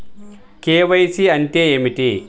KYC అంటే ఏమిటి?